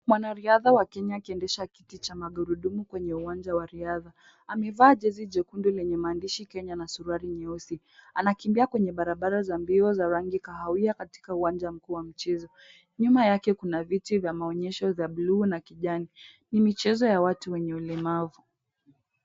Mwanariadha wa Kenya akiendesha kiti cha magurudumu kwenye uwanja wa riadha. Amevaa jezi nyekundu lenye maandishi Kenya na suruali nyeusi. Anakimbia kwenye barabara za mbio za rangi kahawia katika uwanja mkuu wa mchezo. Nyuma yake kuna viti vya maonyesho za buluu na kijani. Ni michezo ya watu wenye ulemavu.